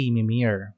Mimir